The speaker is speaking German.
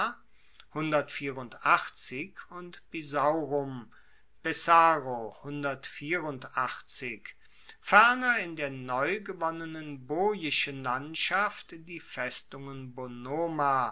und pisa ferner in der neu gewonnenen boischen landschaft die festungen